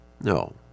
No